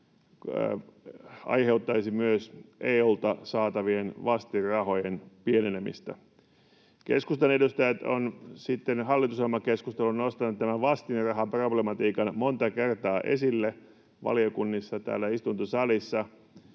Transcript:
aiheuttaisi myös EU:lta saatavien vastinrahojen pienenemistä. Keskustan edustajat ovat sitten hallitusohjelmakeskustelujen nostaneet tämän vastinrahaproblematiikan monta kertaa esille valiokunnissa ja täällä istuntosalissa.